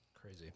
Crazy